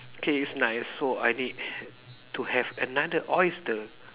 okay it's nice so I need to have another oyster